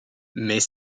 mais